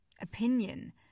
opinion